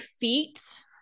feet